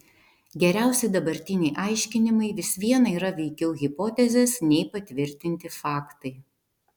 geriausi dabartiniai aiškinimai vis viena yra veikiau hipotezės nei patvirtinti faktai